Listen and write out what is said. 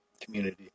Community